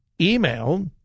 email